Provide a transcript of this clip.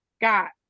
got